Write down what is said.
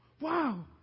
Wow